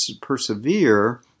persevere